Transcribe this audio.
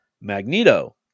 Magneto